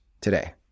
today